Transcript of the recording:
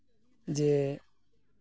ᱡᱮ